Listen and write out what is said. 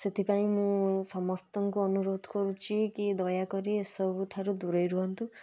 ସେଥିପାଇଁ ମୁଁ ସମସ୍ତଙ୍କୁ ଅନୁରୋଧ କରୁଛି କି ଦୟାକରି ଏ ସବୁଠାରୁ ଦୂରେଇ ରୁହନ୍ତୁ